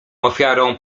ofiarą